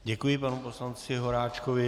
Děkuji panu poslanci Horáčkovi.